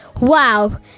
Wow